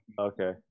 Okay